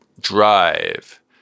drive